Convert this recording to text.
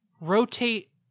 Rotate